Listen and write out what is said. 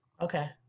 Okay